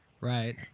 Right